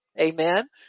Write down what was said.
Amen